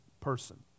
person